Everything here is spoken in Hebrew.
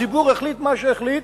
הציבור החליט מה שהחליט,